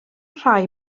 rhai